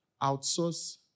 outsource